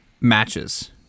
matches